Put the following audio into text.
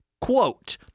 quote